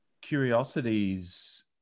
curiosities